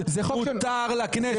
זה חוק שנועד לדרעי?